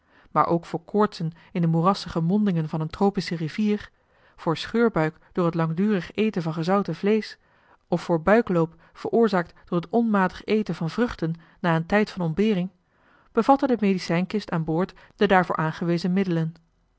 maar ook voor koortsen in de moerassige mondingen van een tropische rivier voor scheurbuik door het langdurig eten van gezouten vleesch of voor buikloop veroorzaakt door het onmatig eten van vruchten na een tijd van ontbering bevatte de medicijnkist aan boord de daarvoor aangewezen middelen